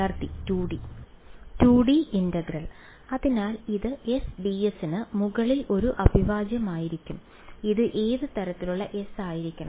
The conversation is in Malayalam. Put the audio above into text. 2D ഇന്റഗ്രൽ അതിനാൽ ഇത് S ds ന് മുകളിൽ ഒരു അവിഭാജ്യമായിരിക്കും ഇത് ഏത് തരത്തിലുള്ള S ആയിരിക്കണം